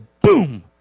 boom